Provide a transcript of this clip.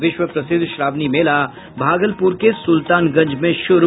और विश्व प्रसिद्ध श्रावणी मेला भागलपुर के सुल्तानगंज में शुरू